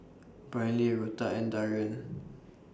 Brynlee Rutha and Darion